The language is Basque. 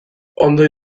ondo